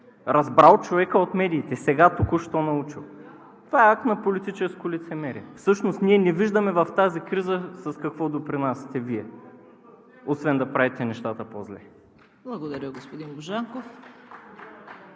Разбрал човекът от медиите, сега, току-що научил. Това е акт на политическо лицемерие. Всъщност ние не виждаме в тази криза с какво допринасяте Вие, освен да правите нещата по-зле. ПРЕДСЕДАТЕЛ ЦВЕТА